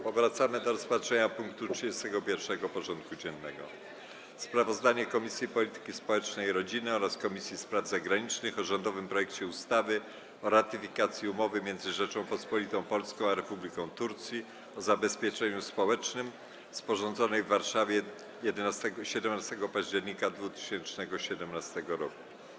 Powracamy do rozpatrzenia punktu 31. porządku dziennego: Sprawozdanie Komisji Polityki Społecznej i Rodziny oraz Komisji Spraw Zagranicznych o rządowym projekcie ustawy o ratyfikacji Umowy między Rzecząpospolitą Polską a Republiką Turcji o zabezpieczeniu społecznym, sporządzonej w Warszawie dnia 17 października 2017 r.